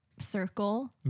circle